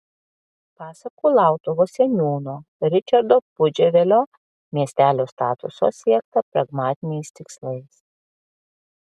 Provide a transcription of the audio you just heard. pasak kulautuvos seniūno ričardo pudževelio miestelio statuso siekta pragmatiniais tikslais